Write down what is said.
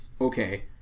okay